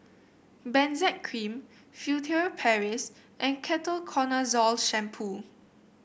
Benzac Cream Furtere Paris and Ketoconazole Shampoo